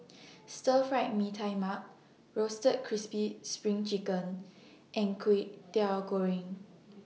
Stir Fried Mee Tai Mak Roasted Crispy SPRING Chicken and Kway Teow Goreng